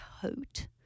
coat